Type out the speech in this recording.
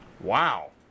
wow